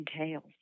entails